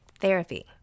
Therapy